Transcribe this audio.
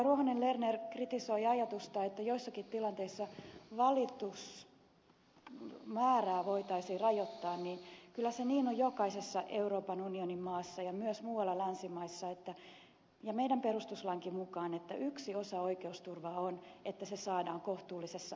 ruohonen lerner kritisoi ajatusta että joissakin tilanteissa valitusmäärää voitaisiin rajoittaa niin kyllä se niin on jokaisessa euroopan unionin maassa ja myös muualla länsimaissa ja meidän perustuslakimmekin mukaan että yksi osa oikeusturvaa on että se päätös saadaan kohtuullisessa ajassa